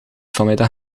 vanmiddag